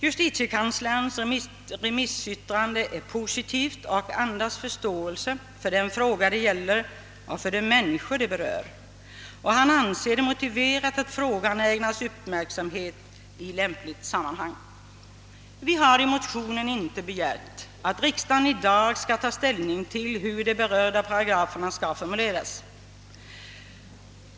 Justitiekanslerns remissyttrande är positivt och andas förståelse för den fråga det gäller och för de människor den berör och anser det motiverat att frågan ägnas uppmärksamhet i lämpligt sammanhang. Vi har i motionen inte begärt att riksdagen i dag skall ta ställning till hur de berörda paragraferna skall formuleras.